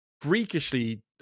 freakishly